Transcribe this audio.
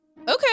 Okay